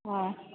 হয়